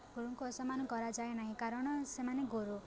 ଗୁରୁଙ୍କୁ ଅସମ୍ମାନ କରାଯାଏ ନାହିଁ କାରଣ ସେମାନେ ଗୁରୁ